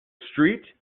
street